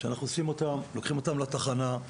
לוקחים אותם לתחנה,